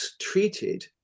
treated